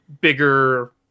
bigger